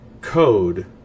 code